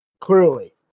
Clearly